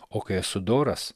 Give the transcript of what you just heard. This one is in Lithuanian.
o kai esu doras